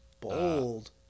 Bold